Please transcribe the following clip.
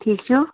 ٹھیٖک چھِو